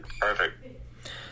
perfect